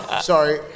Sorry